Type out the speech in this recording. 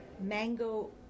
mango